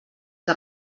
que